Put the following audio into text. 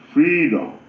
Freedom